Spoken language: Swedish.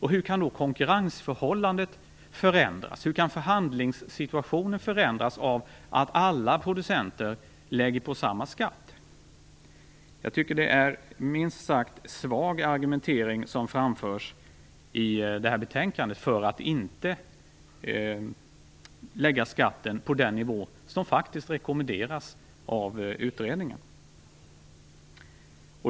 Hur kan då konkurrensförhållandet och förhandlingssituationen förändras av att alla producenter lägger på samma skatt? Jag tycker att det är en minst sagt svag argumentering som framförs i betänkandet för att inte lägga skatten på den nivå som faktiskt rekommenderas av utredningen.